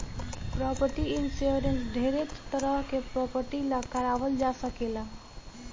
property insurance ढेरे तरह के प्रॉपर्टी ला कारवाल जा सकेला